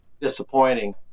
disappointing